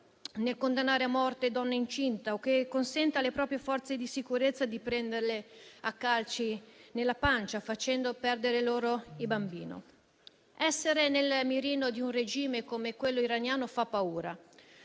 nel condannare a morte donne incinte o che consente alle proprie forze di sicurezza di prenderle a calci nella pancia facendo perdere loro il bambino. Essere nel mirino di un regime come quello iraniano fa paura,